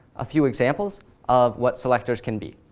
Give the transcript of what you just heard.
a few examples of what selectors can be.